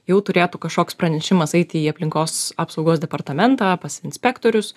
jau turėtų kažkoks pranešimas eiti į aplinkos apsaugos departamentą pas inspektorius